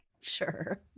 sure